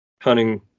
hunting